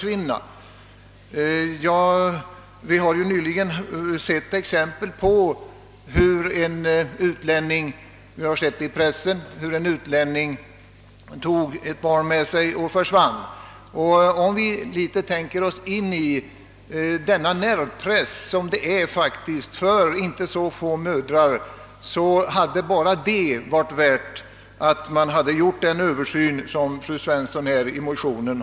Vi har nyligen sett i pressen hur en utlänning tog ett barn med sig och försvann. Om vi tänker oss in i den oerhörda nervpress som inte så få mödrar i dag upplever, måste vi anse att enbart den vore anledning nog att göra den översyn som fru Svensson yrkat på i motionen.